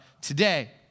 today